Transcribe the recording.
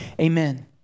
Amen